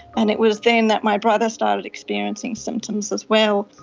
and it was then that my brother started experiencing symptoms as well,